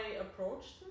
approached